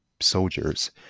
soldiers